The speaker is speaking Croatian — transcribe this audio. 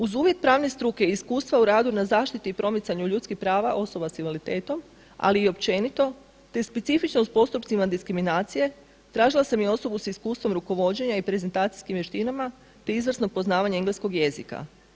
Uz uvjet pravne struke i iskustva u radu na zaštiti i promicanju ljudskih prava osoba s invaliditetom, ali i općenito, te specifičnost postupcima diskriminacije, tražila sam i osobu s iskustvom rukovođenja i prezentacijskim vještinama te izvrsno poznavanje engleskog jezika.